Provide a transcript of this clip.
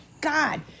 God